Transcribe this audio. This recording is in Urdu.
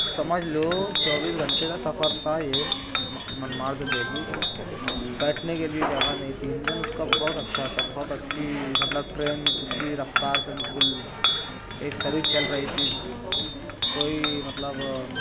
سمجھ لو چوبیس گھنٹے کا سفر تھا یہ منماڑ سے دہلی بیٹھنے کے لیے جگہ نہیں تھی انجن اس کا بہت اچھا تھا بہت اچھی مطلب ٹرین اس کی رفتار سے بالکل ایک سروس چل رہی تھی کوئی مطلب